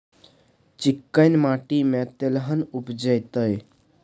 चिक्कैन माटी में तेलहन उपजतै?